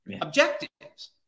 objectives